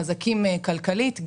חזקים כלכלית,